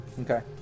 Okay